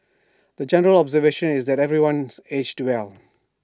the general observation is that everyone's aged well